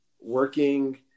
working